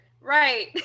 right